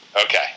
Okay